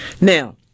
Now